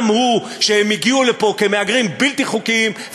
הוא שהם הגיעו לפה כמהגרים בלתי חוקיים,